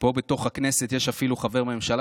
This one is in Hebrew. פה בתוך הכנסת יש אפילו חבר ממשלה